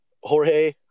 Jorge